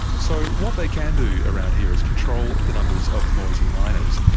so what they can do around here is control the numbers of noisy miners.